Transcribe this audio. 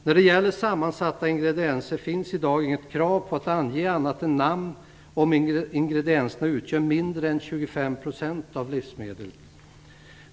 När det gäller sammansatta ingredienser finns det i dag inget krav på att ange annat än namn om ingrediensen utgör mindre än 25 % av livsmedlet.